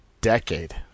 Decade